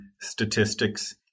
statistics